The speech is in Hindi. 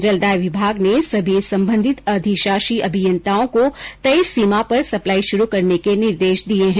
जलदाय विभाग ने सभी संबंधित अधिशाषी अभियन्ताओं को तय सीमा पर सप्लाई शुरू करने के निर्देश दिए है